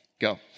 go